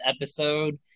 episode